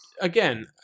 again